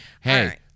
Hey